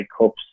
Cups